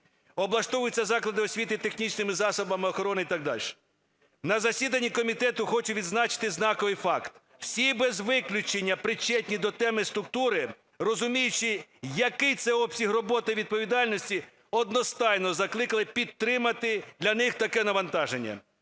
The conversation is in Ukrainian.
Облаштовуються заклади освіти технічними засобами охорони і так дальше. На засіданні комітету, хочу відзначити знаковий факт, всі без виключення причетні до теми структури, розуміючи, який це обсяг роботи і відповідальності, одностайно закликали підтримати для них таке навантаження.